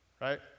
right